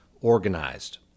organized